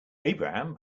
abraham